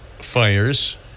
fires